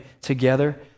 together